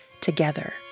together